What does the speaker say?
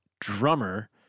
drummer